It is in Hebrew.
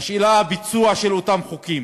השאלה היא הביצוע של אותם חוקים.